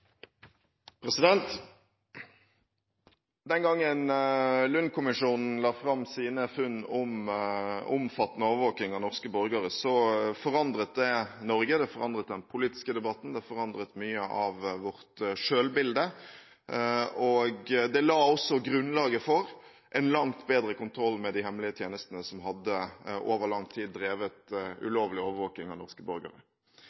Den gangen Lund-kommisjonen la fram sine funn om omfattende overvåking av norske borgere, forandret det Norge. Det forandret den politiske debatten. Det forandret mye av vårt selvbilde. Det la også grunnlaget for langt bedre kontroll med de hemmelige tjenestene, som over lang tid hadde drevet ulovlig overvåking av norske borgere.